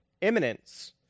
imminence